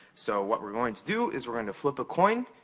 so, what we're going to do is we're going to flip a coin,